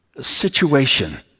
situation